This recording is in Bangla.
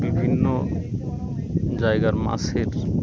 বিভিন্ন জায়গার মাছের